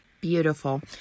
beautiful